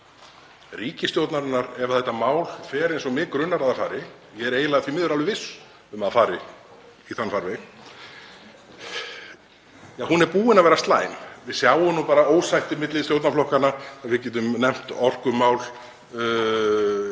ríkisstjórnarinnar, ef þetta mál fer eins og mig grunar að það fari — ég er því miður eiginlega viss um að það fari í þann farveg. Hún er búin að vera slæm. Við sjáum ósætti milli stjórnarflokkanna og við getum nefnt orkumál,